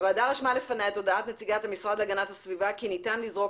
הוועדה רשמה לפניה את הודעת נציגת המשרד להגנת הסביבה כי ניתן לזרוק